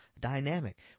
dynamic